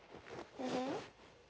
mmhmm